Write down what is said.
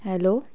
hello